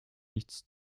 nichts